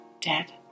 dead